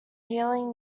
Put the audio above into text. healing